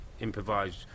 improvised